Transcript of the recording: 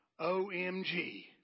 Omg